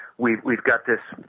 we've we've got this